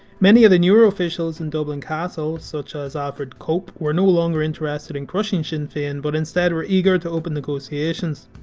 many of the newer officials in dublin castle, such as alfred cope, were no longer interested in crushing sinn fein but instead were eager to open negotiations.